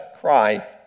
cry